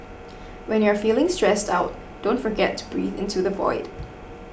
when you are feeling stressed out don't forget to breathe into the void